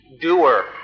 doer